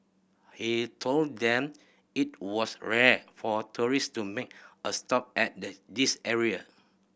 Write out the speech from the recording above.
he told them it was rare for tourist to make a stop at the this area